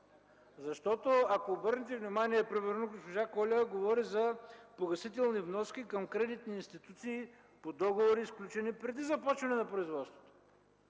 това. Ако обърнете внимание примерно, че госпожа Колева говори за погасителни вноски към кредитни институции по договори, сключени преди започване на производството.